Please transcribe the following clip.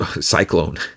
Cyclone